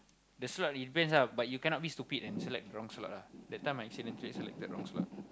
the slot it depends ah but you cannot be stupid and select the wrong slot ah that time I accidentally selected wrong slot